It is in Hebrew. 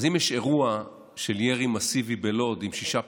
אם יש אירוע של ירי מסיבי בלוד עם שישה פצועים,